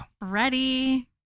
Ready